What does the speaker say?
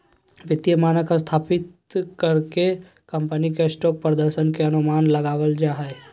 वित्तीय मानक स्थापित कर के कम्पनी के स्टॉक प्रदर्शन के अनुमान लगाबल जा हय